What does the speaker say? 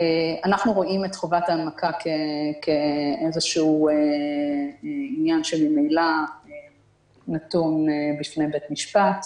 אנחנו רואים את חובת ההנמקה כאיזשהו עניין שממילא נתון בפני בית משפט.